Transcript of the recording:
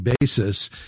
basis